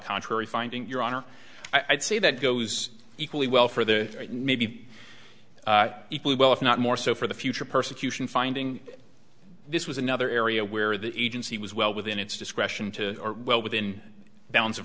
contrary finding your honor i'd say that goes equally well for the or maybe equally well if not more so for the future persecution finding this was another area where the agency was well within its discretion to well within the bounds of